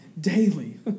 daily